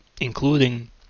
including